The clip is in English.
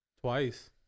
Twice